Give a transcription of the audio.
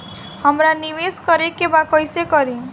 हमरा निवेश करे के बा कईसे करी?